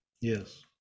Yes